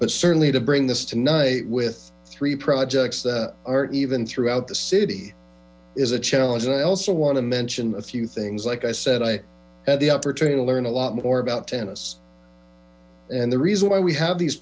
but certainly to bring this tonight with three projects that aren't even throughout the city is a challenge and i also want to mention a few things like i said i had the opportunity to learn a lot more about tennis and the reason why we